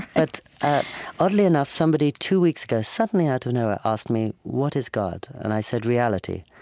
but oddly enough, somebody two weeks ago suddenly, out of nowhere, asked me, what is god? and i said, reality.